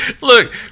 look